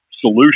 solution